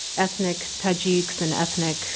ethnic tadjikistan ethnic